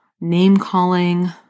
name-calling